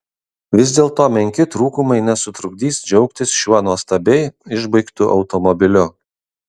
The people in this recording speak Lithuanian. vis dėlto menki trūkumai nesutrukdys džiaugtis šiuo nuostabiai išbaigtu automobiliu